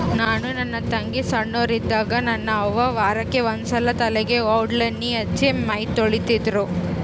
ನಾನು ನನ್ನ ತಂಗಿ ಸೊಣ್ಣೋರಿದ್ದಾಗ ನನ್ನ ಅವ್ವ ವಾರಕ್ಕೆ ಒಂದ್ಸಲ ತಲೆಗೆ ಔಡ್ಲಣ್ಣೆ ಹಚ್ಚಿ ಮೈತೊಳಿತಿದ್ರು